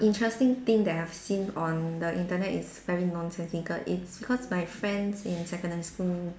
interesting thing that I've seen on the Internet is very nonsensical it's because my friends in secondary school